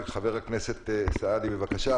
חבר הכנסת סעדי, בבקשה.